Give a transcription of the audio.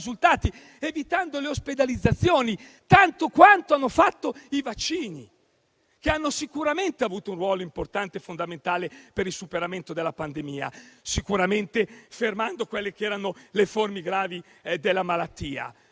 evitando le ospedalizzazioni tanto quanto hanno fatto i vaccini, che hanno sicuramente avuto un ruolo importante e fondamentale per il superamento della pandemia e le forme gravi della malattia.